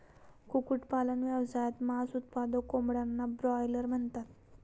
कुक्कुटपालन व्यवसायात, मांस उत्पादक कोंबड्यांना ब्रॉयलर म्हणतात